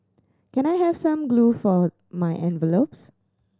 can I have some glue for my envelopes